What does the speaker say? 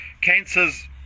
Cancers